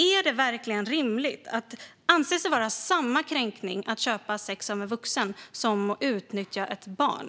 Är det verkligen rimligt att det anses vara samma kränkning att köpa sex av en vuxen som att utnyttja ett barn?